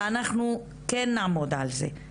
אנחנו כן נעמוד על זה.